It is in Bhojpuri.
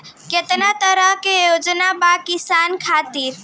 केतना तरह के योजना बा किसान खातिर?